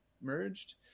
merged